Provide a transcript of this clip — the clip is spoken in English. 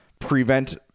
prevent